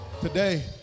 Today